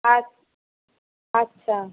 আচ্ছা